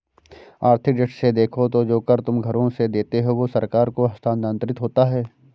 आर्थिक दृष्टि से देखो तो जो कर तुम घरों से देते हो वो सरकार को हस्तांतरित होता है